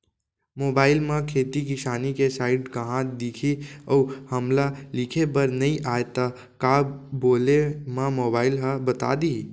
Mobile म खेती किसानी के साइट कहाँ दिखही अऊ हमला लिखेबर नई आय त का बोले म मोबाइल ह बता दिही?